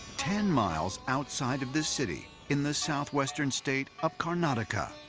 ten miles outside of the city, in the southwestern state of karnataka,